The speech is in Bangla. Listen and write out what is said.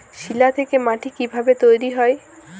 শিলা থেকে মাটি কিভাবে তৈরী হয়?